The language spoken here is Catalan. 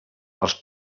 els